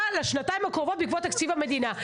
לשנתיים הקרובות בעקבות תקציב המדינה.